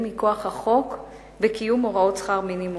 ואחר כך נעבור מייד